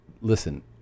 listen